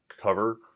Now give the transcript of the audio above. cover